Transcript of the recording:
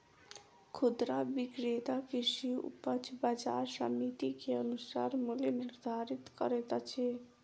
खुदरा विक्रेता कृषि उपज बजार समिति के अनुसार मूल्य निर्धारित करैत अछि